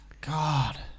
God